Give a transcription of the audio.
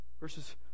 Verses